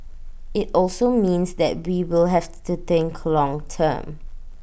IT also means that we will have to think long term